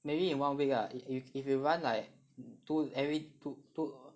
maybe in one week lah if you if you run like two every two two